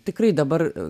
tikrai dabar